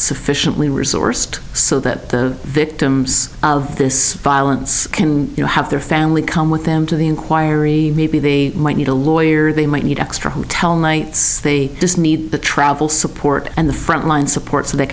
sufficiently resourced so that victims of this violence can you know have their family come with them to the inquiry maybe they might need a lawyer they might need extra hotel nights they just need to travel support and the front line support so they